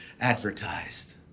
advertised